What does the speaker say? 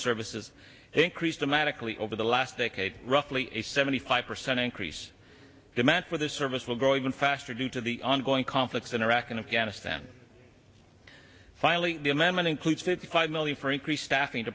services increased dramatically over the last decade roughly a seventy five percent increase demand for the service will grow even faster due to the ongoing conflicts in iraq and afghanistan finally the amendment includes fifty five million for increased staffing to